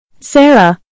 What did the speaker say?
Sarah